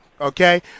Okay